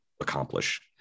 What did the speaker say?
accomplish